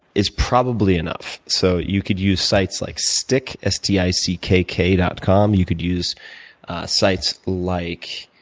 is probably enough. so you could use sites like stickk, s t i c k k dot com. you could use sites like,